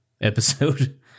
episode